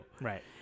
Right